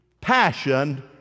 passion